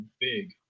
big